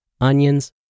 onions